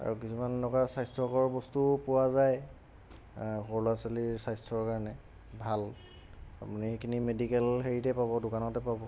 আৰু কিছুমান এনেকুৱা স্বাস্থ্যকৰ বস্তুও পোৱা যায় সৰু ল'ৰা ছোৱালীৰ স্বাস্থ্যৰ কাৰণে ভাল আপুনি সেইখিনি মেডিকেল হেৰিতে পাব দোকানতে পাব